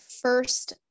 first